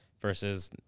versus